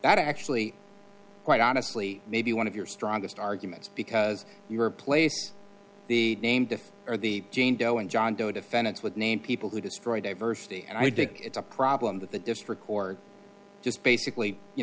actually quite honestly maybe one of your strongest arguments because you replace the name diff or the jane doe and john doe defendants with name people who destroy diversity and i dig it's a problem that the district court just basically you